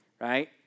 right